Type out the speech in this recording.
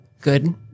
good